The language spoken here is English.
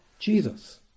Jesus